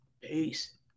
Peace